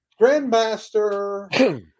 Grandmaster